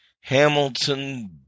Hamilton